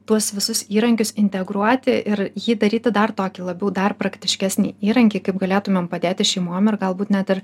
tuos visus įrankius integruoti ir jį daryti dar tokį labiau dar praktiškesnį įrankį kaip galėtumėm padėti šeimom ir galbūt net ir